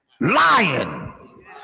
Lying